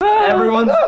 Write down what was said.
Everyone's